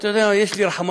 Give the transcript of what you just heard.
אתה יודע, יש לי רחמנות.